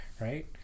right